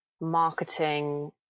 marketing